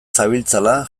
zabiltzala